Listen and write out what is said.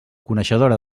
coneixedora